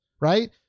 right